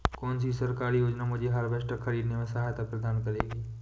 कौन सी सरकारी योजना मुझे हार्वेस्टर ख़रीदने में सहायता प्रदान करेगी?